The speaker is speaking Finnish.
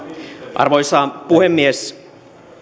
arvoisa puhemies